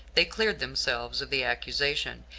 they cleared themselves of the accusation,